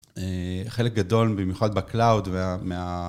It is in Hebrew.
חלק גדול במיוחד בCloud.